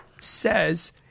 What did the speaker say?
says